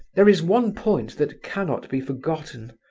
there is one point that cannot be forgotten,